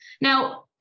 Now